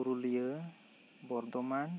Purulia Bardhaman